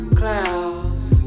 clouds